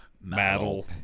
Metal